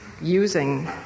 using